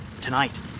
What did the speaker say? Tonight